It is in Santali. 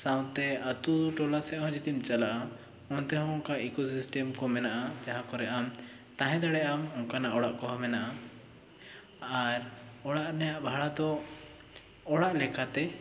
ᱥᱟᱶᱛᱮ ᱟᱛᱳ ᱴᱚᱞᱟ ᱥᱮᱫ ᱦᱚᱸ ᱡᱩᱫᱤᱢ ᱪᱟᱞᱟᱜᱼᱟ ᱚᱱᱛᱮ ᱦᱚᱸ ᱚᱱᱠᱟ ᱤᱠᱳ ᱥᱤᱥᱴᱮᱢ ᱠᱚ ᱢᱮᱱᱟᱜᱼᱟ ᱡᱟᱦᱟᱸ ᱠᱚᱨᱮ ᱟᱢ ᱛᱟᱦᱮᱸ ᱫᱟᱲᱮ ᱟᱢ ᱚᱱᱠᱟᱱᱟᱜ ᱚᱲᱟᱜ ᱠᱚᱦᱚᱸ ᱢᱮᱱᱟᱜᱼᱟ ᱟᱨ ᱚᱲᱟᱜ ᱨᱮᱱᱟᱜ ᱵᱷᱟᱲᱟ ᱫᱚ ᱚᱲᱟᱜ ᱞᱮᱠᱟᱛᱮ